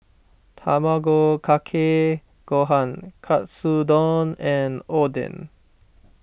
Tamago Kake Gohan Katsudon and Oden